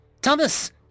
Thomas